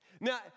Now